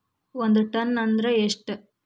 ಒಂದ್ ಟನ್ ಅಂದ್ರ ಎಷ್ಟ?